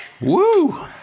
Woo